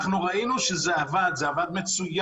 אנחנו ראינו שזה עבד מצוין.